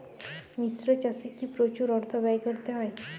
মিশ্র চাষে কি প্রচুর অর্থ ব্যয় করতে হয়?